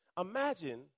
imagine